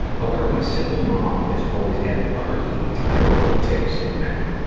however, my single mom has always had utterly terrible taste in men.